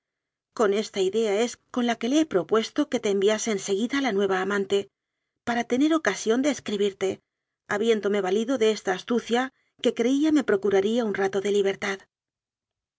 con esta idea es con la que le he propuesto que te enviase en seguida la nue va amante para tener ocasión de escribirte ha biéndome valido de esta astucia que creía me pro curaría un rato de